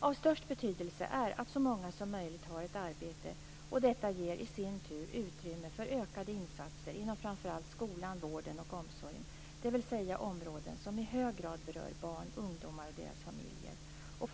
Av störst betydelse är att så många som möjligt har ett arbete. Detta ger i sin tur utrymme för ökade insatser inom framför allt skolan, vården och omsorgen, dvs. områden som i hög grad berör barn, ungdomar och deras familjer.